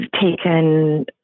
taken